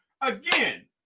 again